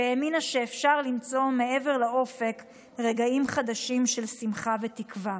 שהאמינה שאפשר למצוא מעבר לאופק רגעים חדשים של שמחה ותקווה.